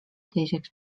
teiseks